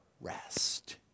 rest